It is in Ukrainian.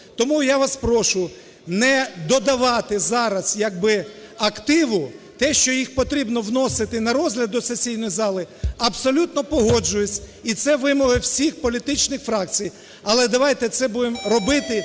Тому я вас прошу не додавати зараз якби активу, те, що їх потрібно вносити на розгляд до сесійної зали абсолютно погоджуюсь і це вимоги всіх політичних фракцій. Але давайте це будемо робити